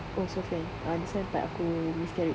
it was a friend ah this one part aku miscarriage